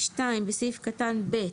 בסעיף קטן (ב)